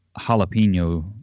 jalapeno